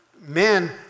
men